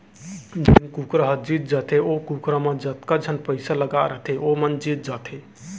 जेन कुकरा ह जीत जाथे ओ कुकरा म जतका झन पइसा लगाए रथें वो मन जीत जाथें